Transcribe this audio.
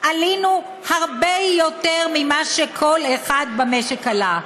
עלינו הרבה יותר ממה שכל אחד במשק עלה.